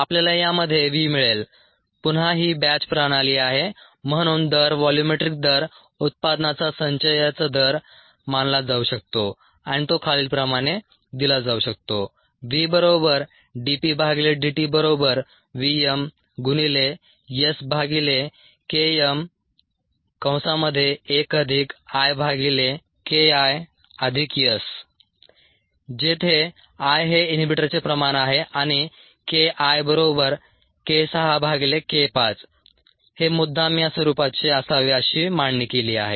आपल्याला यामध्ये v मिळेल पुन्हा ही बॅच प्रणाली आहे म्हणून दर व्हॉल्यूमेट्रिक दर उत्पादनाचा संचयचा दर मानला जाऊ शकतो आणि तो खालीलप्रमाणे दिला जाऊ शकतो जेथे I हे इनहिबिटरचे प्रमाण आहे आणि हे मुद्दाम या स्वरूपाचे असावे अशी मांडणी केली आहे